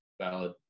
valid